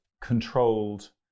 controlled